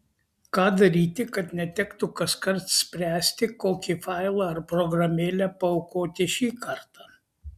ką daryti kad netektų kaskart spręsti kokį failą ar programėlę paaukoti šį kartą